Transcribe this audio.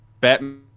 Batman